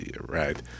right